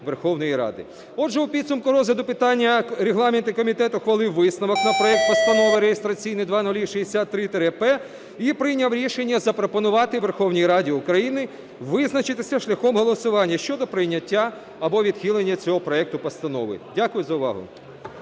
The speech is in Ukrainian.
Верховної Ради. Отже, у підсумку розгляду питання регламентний комітет ухвалив висновок на проект Постанови (реєстраційний 0063-П) і прийняв рішення запропонувати Верховній Раді України визначитися шляхом голосування щодо прийняття або відхилення цього проекту постанови. Дякую за увагу.